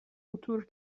خطور